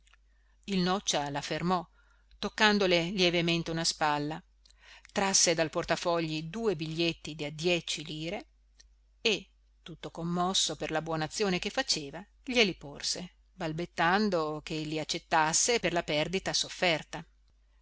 il noccia la fermò toccandole lievemente una spalla trasse dal portafogli due biglietti da dieci lire e tutto commosso per la buona azione che faceva glieli porse balbettando che li accettasse per la perdita sofferta